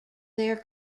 their